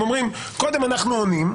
הם אומרים: קודם אנחנו עונים,